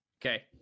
Okay